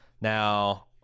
Now